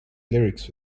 lyrics